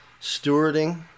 stewarding